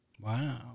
Wow